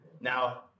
Now